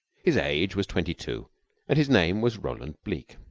his age was twenty-two and his name was roland bleke.